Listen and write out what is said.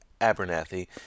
Abernathy